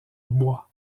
bois